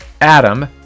Adam